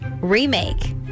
remake